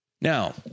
Now